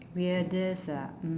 weirdest ah mm